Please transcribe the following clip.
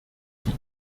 die